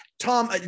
Tom